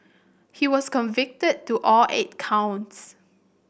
he was convicted to all eight counts